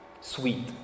sweet